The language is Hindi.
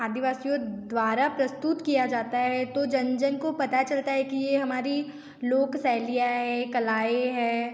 आदिवासियों द्वारा प्रस्तुत किया जाता है तो जन जन को पता चलता है कि ये हमारी लोक शैलियाँ हैं कलाएँ हैं